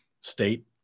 state